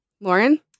lauren